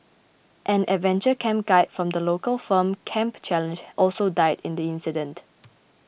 an adventure camp guide from the local firm Camp Challenge also died in the incident